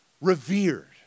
revered